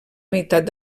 meitat